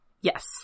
Yes